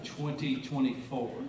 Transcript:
2024